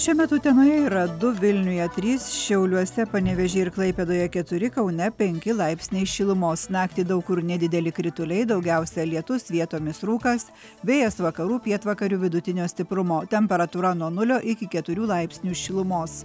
šiuo metu utenoje yra du vilniuje trys šiauliuose panevėžyje ir klaipėdoje keturi kaune penki laipsniai šilumos naktį daug kur nedideli krituliai daugiausiai lietus vietomis rūkas vėjas vakarų pietvakarių vidutinio stiprumo temperatūra nuo nulio iki keturių laipsnių šilumos